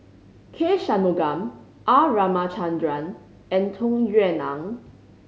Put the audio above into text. K Shanmugam R Ramachandran and Tung Yue Nang